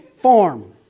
form